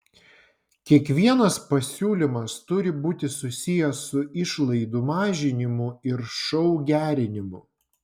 kiekvienas pasiūlymas turi būti susijęs su išlaidų mažinimu ir šou gerinimu